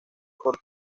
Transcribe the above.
por